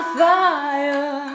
fire